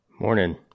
Morning